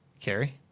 carrie